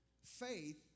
faith